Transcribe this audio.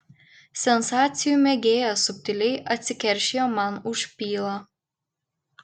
sensacijų mėgėjas subtiliai atsikeršijo man už pylą